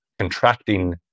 contracting